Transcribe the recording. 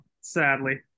sadly